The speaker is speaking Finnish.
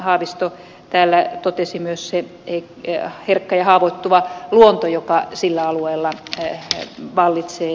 haavisto täällä totesi myös se herkkä ja haavoittuva luonto joka sillä alueella vallitsee